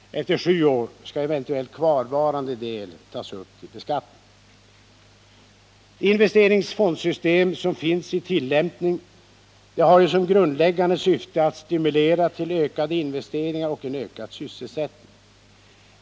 Efter sju år skall eventuellt kvarvarande del tas upp till beskattning. Det investeringsfondssystem som nu tillämpas har som grundläggande syfte att stimulera till ökade investeringar och till ökad sysselsättning.